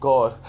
God